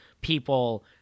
people